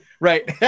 Right